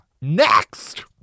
Next